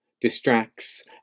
distracts